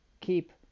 Keep